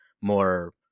more